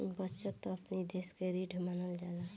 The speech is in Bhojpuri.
बचत अपनी देस के रीढ़ मानल जाला